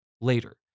later